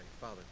Father